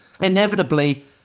inevitably